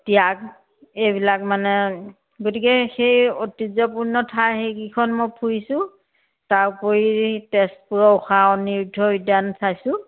ত্যাগ এইবিলাক মানে গতিকে সেই ঐতিহ্যপূৰ্ণ ঠাই সেইকেইখন মই ফুৰিছোঁ তাৰ উপৰি তেজপুৰৰ উষা অনিৰুদ্ধ উদ্যান চাইছোঁ